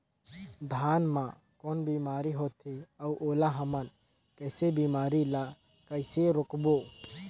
धान मा कौन बीमारी होथे अउ ओला हमन कइसे बीमारी ला कइसे रोकबो?